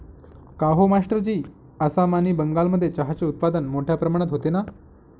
काहो मास्टरजी आसाम आणि बंगालमध्ये चहाचे उत्पादन मोठया प्रमाणात होते ना